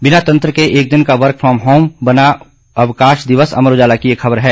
बिना तंत्र के एक दिन का वर्क फॉम होम बना अवकाश दिवस अमर उजाला की एक खबर है